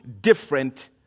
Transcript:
different